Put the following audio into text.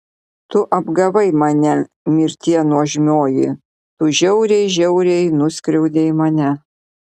tu apgavai mane mirtie nuožmioji tu žiauriai žiauriai nuskriaudei mane